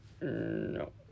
No